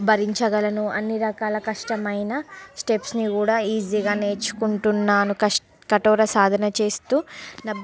భరించగలను అన్ని రకాల కష్టమైన స్టెప్స్ని కూడా ఈజీగా నేర్చుకుంటున్నాను కష్ట కఠోర సాధన చేస్తూ